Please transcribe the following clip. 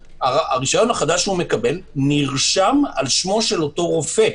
הרשיון החדש שהוא מקבל נרשם על שמו של אותו רופא.